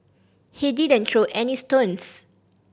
he didn't throw any stones